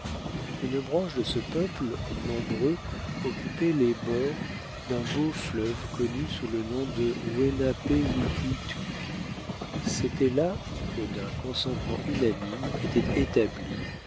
une branche de ce peuple nombreux occupait les bords d'un beau fleuve connu sous le nom de lenapewihittuck c'était là que d'un consentement unanime était établie